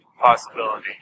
Possibility